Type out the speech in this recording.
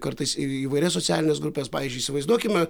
kartais įvairias socialines grupes pavyzdžiui įsivaizduokime